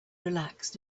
relaxed